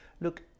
Look